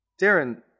Darren